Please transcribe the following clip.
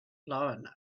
blown